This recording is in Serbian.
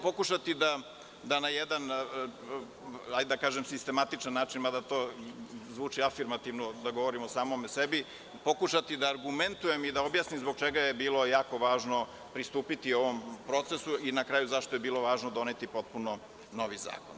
Pokušaću da na jedan sistematičan način, mada to zvuči afirmativno, da govorim o samom sebi, pokušati da argumentujem i objasnim zbog čega je bilo jako važno pristupiti ovom procesu i na kraju zašto je bilo važno doneti potpuno novi zakon.